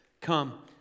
Come